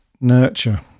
Nurture